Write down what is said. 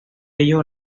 ello